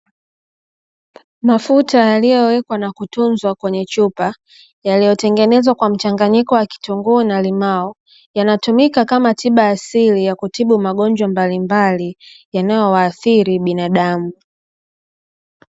Mafuta yaliyowekwa na kutunzwa kwenye chupa yaliyotengenezwa kwa mchanganyko wa kitunguu na limao, yanatumikakama tiba asili ya kutibu magonjwa mbalimbali yanayowaathiri binadamu.